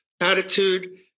attitude